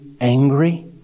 angry